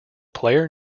player